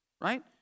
Right